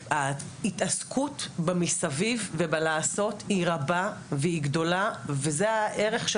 ההתעסקות במסביב ובלעשות היא רבה והיא גדולה וזה הערך של